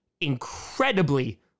incredibly